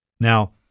Now